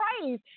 praise